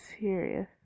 serious